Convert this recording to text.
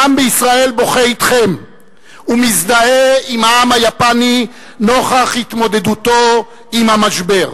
העם בישראל בוכה אתכם ומזדהה עם העם היפני נוכח התמודדותו עם המשבר.